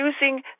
using